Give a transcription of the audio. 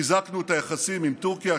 חיזקנו את היחסים עם טורקיה,